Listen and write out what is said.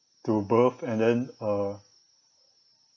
to birth and then uh